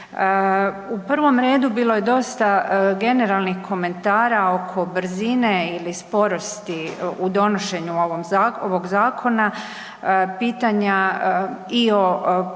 U prvom redu bilo je dosta generalnih komentara oko brzine ili sporosti u donošenju ovog zakona, pitanja i o posebnom